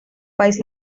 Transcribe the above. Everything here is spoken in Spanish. país